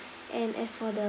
and as for the